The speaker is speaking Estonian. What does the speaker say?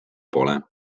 pole